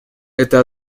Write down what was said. это